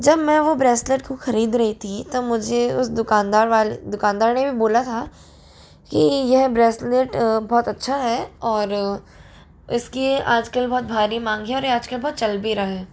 जब मैं वो ब्रेसलेट को खरीद रही थी तब मुझे उस दुकानदार वाले दुकानदार ने बोला था कि यह ब्रेसलेट बहुत अच्छा है और इसके आजकल बहुत भारी माँग है और ये आजकल बहुत चल भी रहा है